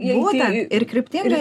būtent ir kryptingai